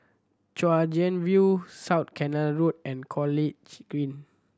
Chwee Chian View South Canal Road and College Green